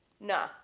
nah